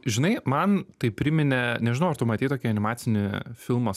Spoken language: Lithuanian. žinai man tai priminė nežinau ar tu matei tokį animacinį filmą